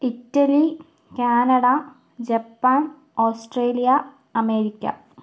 Italy Canada Japan Australia America